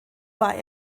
war